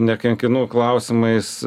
nekankinu klausimais